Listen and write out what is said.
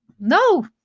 No